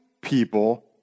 people